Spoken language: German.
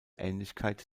ähnlichkeit